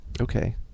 Okay